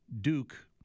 Duke